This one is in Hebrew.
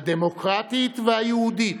הדמוקרטית והיהודית,